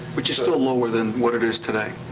which is still lower than what it is today.